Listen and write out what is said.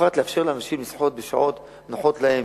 לאפשר לאנשים לשחות בשעות נוחות להם,